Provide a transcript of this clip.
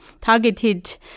targeted